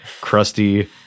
crusty